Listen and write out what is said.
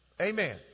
Amen